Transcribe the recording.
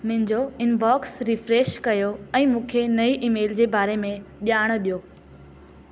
मुंहिंजो inbox refresh कयो ऐं मूंखे नई ईमेल जे बारे में ॼाण ॾियो